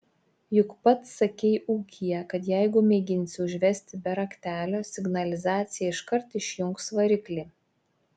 juk pats sakei ūkyje kad jeigu mėginsi užvesti be raktelio signalizacija iškart išjungs variklį